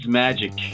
magic